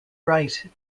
right